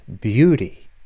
beauty